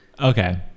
Okay